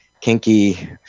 kinky